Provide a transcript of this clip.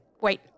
wait